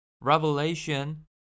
Revelation